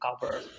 cover